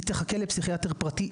היא תחכה לפסיכיאטר פרטי,